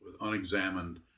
unexamined